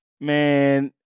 Man